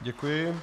Děkuji.